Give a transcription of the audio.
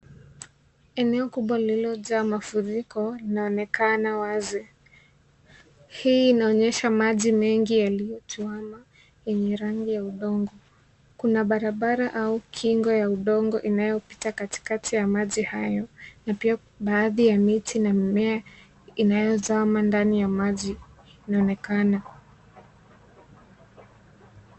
Eneo kubwa lililojaa mafuriko linaonekana wazi, hii inaonyesha maji mengi yaliyokwama yenye rangi ya udongo, kuna barabara au kinga ya udongo inayopita katikati ya maji hayo na pia baadhi ya miti na mimea inayozama ndani ya maji, inaonekana.